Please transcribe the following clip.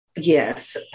Yes